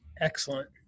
Excellent